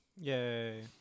Yay